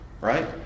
right